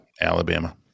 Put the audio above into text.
Alabama